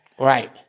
Right